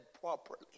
properly